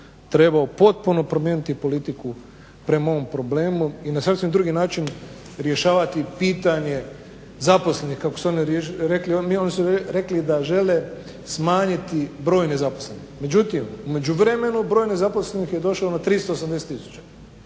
trebao potpuno promijeniti politiku prema ovom problemu i na sasvim drugi način rješavati pitanje zaposlenih kako su oni rekli, oni su rekli da žele smanjiti broj nezaposlenih. Međutim u međuvremenu broj nezaposlenih je došao na 380